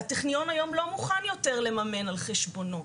הטכניון היום לא מוכן יותר לממן על חשבונו,